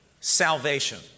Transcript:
salvation